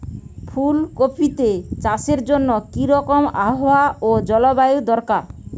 ফুল কপিতে চাষের জন্য কি রকম আবহাওয়া ও জলবায়ু দরকার?